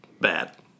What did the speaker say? bad